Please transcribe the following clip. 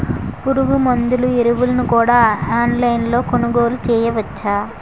పురుగుమందులు ఎరువులను కూడా ఆన్లైన్ లొ కొనుగోలు చేయవచ్చా?